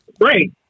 right